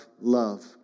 love